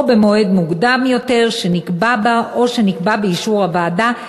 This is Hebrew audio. או במועד מוקדם יותר שנקבע בה או שנקבע באישור הוועדה,